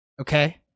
okay